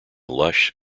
lush